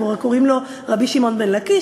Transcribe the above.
כבר קוראים לו רבי שמעון בן לקיש,